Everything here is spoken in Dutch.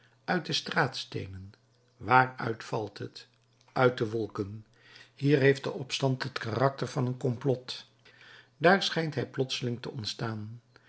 uit de straatsteenen waaruit valt het uit de wolken hier heeft de opstand het karakter van een komplot daar schijnt hij plotseling te ontstaan